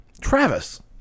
Travis